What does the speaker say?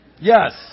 Yes